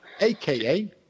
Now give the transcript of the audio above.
AKA